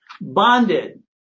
Bonded